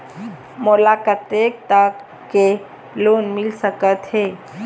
मोला कतेक तक के लोन मिल सकत हे?